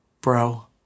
bro